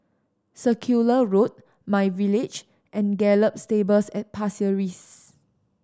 Circular Road myVillage and Gallop Stables at Pasir Ris